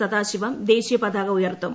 സദാശിവം ദേശീയ പതാക ഉയർത്തും